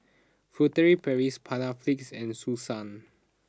Furtere Paris Panaflex and Selsun